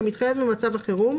כמתחייב ממצב החירום,